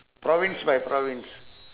province by province